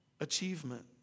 achievement